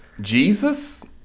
Jesus